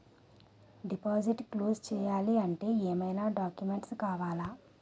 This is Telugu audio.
డిపాజిట్ క్లోజ్ చేయాలి అంటే ఏమైనా డాక్యుమెంట్స్ కావాలా?